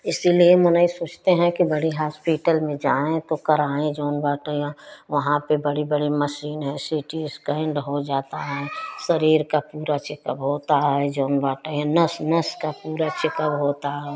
इसीलिए मुनैय सोचते हैं कि बड़ी हॉस्पिटल में जाएँ तो कराएँ जोन बाटे या वहाँ पर बड़ी बड़ी मशीन है सि टी स्केन्ड हो जाता है शरीर का पूरा चेकब होता है जोन बाटेय हैं नस नस का पूरा चेकब होता है